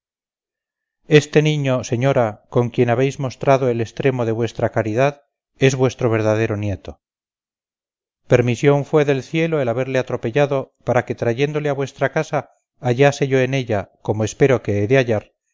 este niño señora con quien habéis mostrado el estremo de vuestra caridad es vuestro verdadero nieto permisión fue del cielo el haberle atropellado para que trayéndole a vuestra casa hallase yo en ella como espero que he